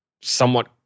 somewhat